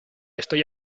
estoy